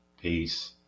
peace